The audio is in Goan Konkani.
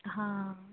हा